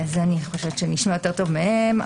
נשמע טוב יותר מהם,